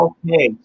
Okay